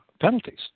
penalties